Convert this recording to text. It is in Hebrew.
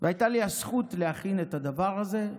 והייתה לי הזכות להכין את הדבר הזה,